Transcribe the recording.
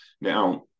Now